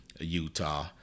Utah